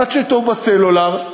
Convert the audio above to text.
מה שטוב בסלולר,